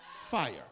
Fire